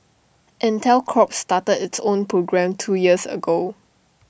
Intel corps started its own program two years ago